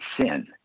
sin